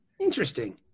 Interesting